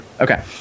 Okay